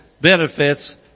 benefits